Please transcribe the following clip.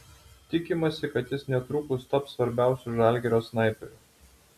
tikimasi kad jis netrukus taps svarbiausiu žalgirio snaiperiu